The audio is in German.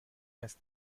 ist